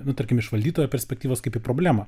nu tarkim iš valdytojo perspektyvos kaip į problemą